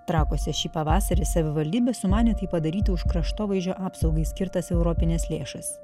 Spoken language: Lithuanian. trakuose šį pavasarį savivaldybė sumanė tai padaryti už kraštovaizdžio apsaugai skirtas europines lėšas